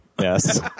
yes